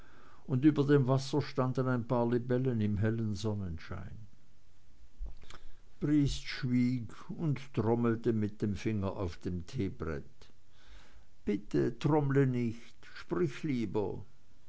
und über dem wasser standen ein paar libellen im hellen sonnenschein briest schwieg und trommelte mit dem finger auf dem teebrett bitte trommle nicht sprich lieber